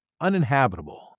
uninhabitable